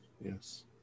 yes